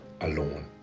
alone